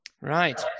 Right